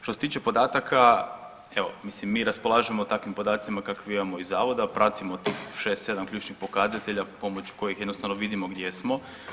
Što se tiče podataka, evo mislim mi raspolažemo takvim podacima kakve imamo iz zavoda, pratimo tih šest, sedam ključnih pokazatelja pomoću kojih jednostavno vidimo gdje smo.